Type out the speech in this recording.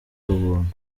ubuntu